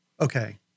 Okay